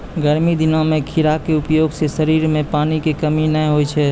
गर्मी दिनों मॅ खीरा के उपयोग सॅ शरीर मॅ पानी के कमी नाय होय छै